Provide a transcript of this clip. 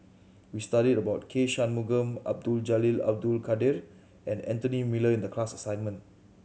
we studied about K Shanmugam Abdul Jalil Abdul Kadir and Anthony Miller in the class assignment